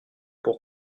pour